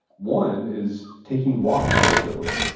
one is taking walks regularly.